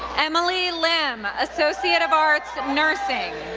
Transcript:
emily lim, associate of arts, nursing.